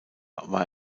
war